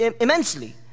immensely